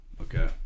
Okay